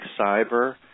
cyber